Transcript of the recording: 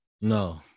No